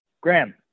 Graham